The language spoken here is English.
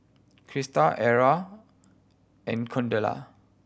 Crysta Ara and Cordella